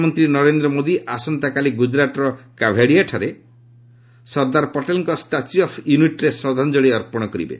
ପ୍ରଧାନମନ୍ତ୍ରୀ ନରେନ୍ଦ୍ର ମୋଦି ଆସନ୍ତାକାଲି ଗୁଜରାଟ୍ର କାଭେରିଆଠାରେ ସର୍ଦ୍ଦାର ପଟେଲ୍ଙ୍କର ଷ୍ଟାଚ୍ୟୁ ଅଫ୍ ୟୁନିଟିରେ ଶ୍ରଦ୍ଧାଞ୍ଚଳି ଅର୍ପଣ କରିବେ